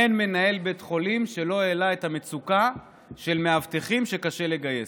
אין מנהל בית חולים שלא העלה את המצוקה של מאבטחים שקשה לגייס.